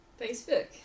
Facebook